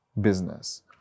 business